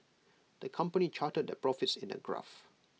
the company charted their profits in A graph